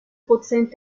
prozent